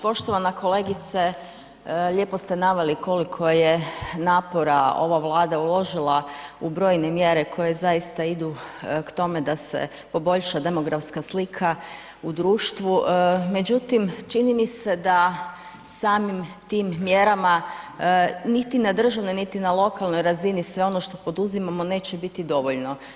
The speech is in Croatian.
Poštovana kolegice lijepo ste naveli koliko je napora ova Vlada uložila u brojne mjere koje zaista idu k tome da se poboljša demografska slika u društvu, međutim čini mi se da samim tim mjerama niti na državnoj, niti na lokalnoj razini sve ono što poduzimamo neće biti dovoljno.